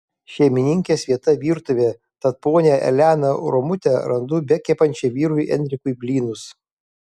šeimininkės vieta virtuvė tad ponią eleną romutę randu bekepančią vyrui enrikui blynus